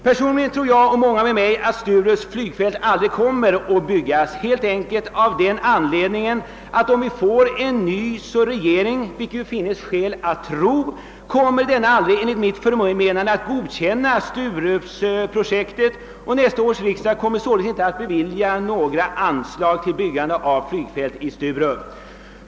Personligen tror jag och många med mig att Sturups flygfält aldrig kommer att byggas, helt enkelt av den anledningen att om vi får en ny regering, vilket det finns skäl att tro, så kommer denna aldrig, såvitt jag kan förstå, att godkänna Sturupsprojektet, och nästa års riksdag kommer således inte att bevilja några anslag till byggande av ett flygfält i Sturup.